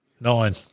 nine